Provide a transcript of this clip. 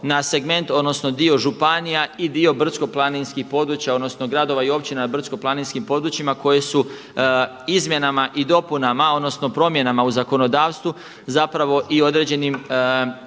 na segment, odnosno dio županija i dio brdsko-planinskih područja, odnosno gradova i općina na brdsko-planinskim područjima koje su izmjenama i dopunama, odnosno promjenama u zakonodavstvu zapravo i određenim